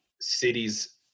cities